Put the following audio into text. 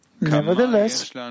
Nevertheless